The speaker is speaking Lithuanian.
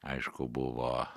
aišku buvo